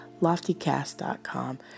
Loftycast.com